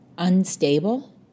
unstable